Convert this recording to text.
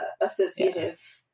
associative